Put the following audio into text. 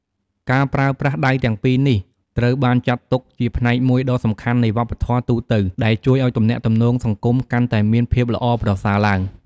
ការប្រើប្រាស់ដៃទាំងពីរនេះ ត្រូវបានចាត់ទុកជាផ្នែកមួយដ៏សំខាន់នៃវប្បធម៌ទូទៅ ដែលជួយឱ្យទំនាក់ទំនងសង្គមកាន់តែមានភាពល្អប្រសើរឡើង។